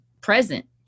present